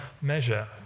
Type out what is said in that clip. measure